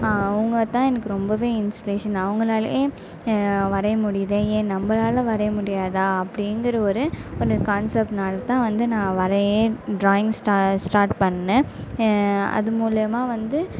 அவங்க தான் எனக்கு ரொம்பவே இன்ஸ்ப்ரேஷன் நான் அவர்களாலயே வரைய முடியுதே ஏன் நம்மளால் வர முடியாதா அப்படிங்குற ஒரு ஒரு கான்சப்ட்னால் தான் வந்து நான் வரையே ட்ராயிங்ஸ் ஸ்டா ஸ்டாட் பண்ணிணேன் அது மூலயமா வந்து